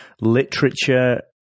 literature